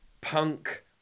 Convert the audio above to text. punk